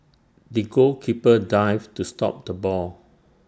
the goalkeeper dived to stop the ball